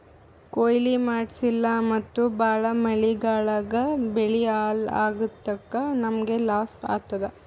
ಕೊಯ್ಲಿ ಮಾಡ್ಸಿಲ್ಲ ಮತ್ತ್ ಭಾಳ್ ಮಳಿ ಗಾಳಿಗ್ ಬೆಳಿ ಹಾಳ್ ಆಗಾದಕ್ಕ್ ನಮ್ಮ್ಗ್ ಲಾಸ್ ಆತದ್